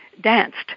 danced